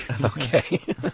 Okay